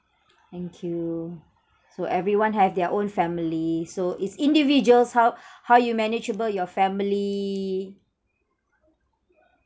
thank you so everyone have their own family so it's individuals how how you manageable your family